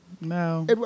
No